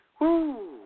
Woo